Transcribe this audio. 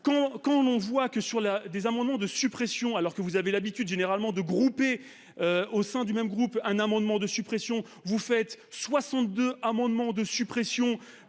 on, on voit que sur la des amendements de suppression alors que vous avez l'habitude généralement de groupés. Au sein du même groupe. Un amendement de suppression. Vous faites 62 amendements de suppression